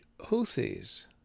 Houthis